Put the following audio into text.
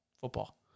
football